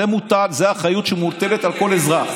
זו אחריות שמוטלת על כל אזרח.